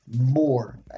more